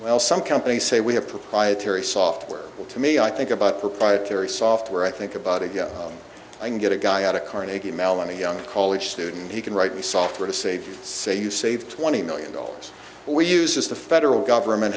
well some companies say we have proprietary software to me i think about proprietary software i think about it i can get a guy out of carnegie mellon a young college student he can write the software to save say you save twenty million dollars or uses the federal government